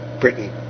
Britain